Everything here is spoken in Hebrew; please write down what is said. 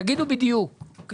תגידו בדיוק את הנתונים,